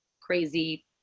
crazy